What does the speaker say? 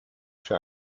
für